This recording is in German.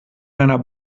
einer